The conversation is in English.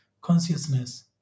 consciousness